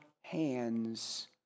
hands